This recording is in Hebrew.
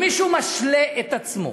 אם מישהו משלה את עצמו